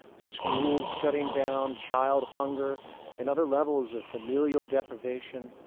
schools shutting down, child hunger and other levels of familial deprivation.